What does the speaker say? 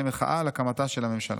כמחאה על הקמתה של הממשלה.